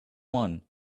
one